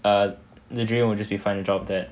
uh the dream will just be find a job that